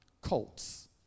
cults